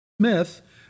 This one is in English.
Smith